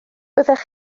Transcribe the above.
byddech